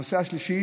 הנושא השלישי,